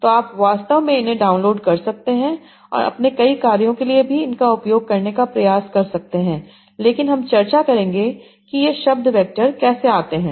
तो आप वास्तव में इन्हें डाउनलोड कर सकते हैं और अपने कई कार्यों के लिए भी इनका उपयोग करने का प्रयास कर सकते हैं लेकिन हम चर्चा करेंगे कि ये शब्द वैक्टर कैसे आते हैं